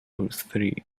three